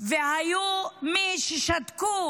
היו מי ששתקו